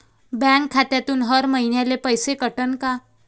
Bank खात्यातून हर महिन्याले पैसे कटन का?